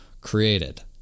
created